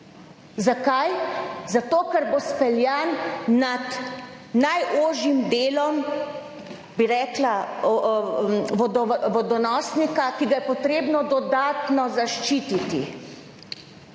Zakaj? Zato ker bo speljan nad najožjim delom, bi rekla, vodo vodonosnika, ki ga je potrebno dodatno zaščititi